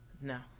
no